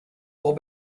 will